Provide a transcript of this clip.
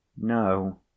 no